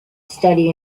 study